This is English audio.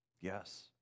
Yes